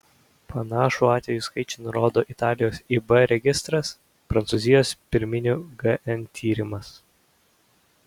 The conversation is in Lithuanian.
panašų atvejų skaičių nurodo italijos ib registras prancūzijos pirminių gn tyrimas